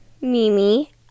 Mimi